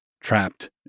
trapped